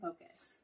focus